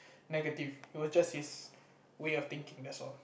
negative it was just his way of thinking that's all